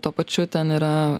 tuo pačiu ten yra